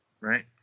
Right